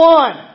one